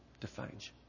defines